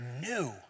new